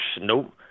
Nope